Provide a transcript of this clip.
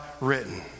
written